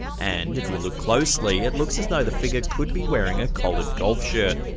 and if you look closely, it looks as though the figure could be wearing a collared golf shirt.